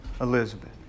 Elizabeth